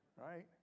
right